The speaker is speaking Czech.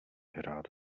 hrát